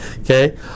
okay